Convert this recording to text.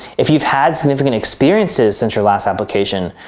if you've had significant experiences since your last application,